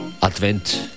Advent